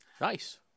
Nice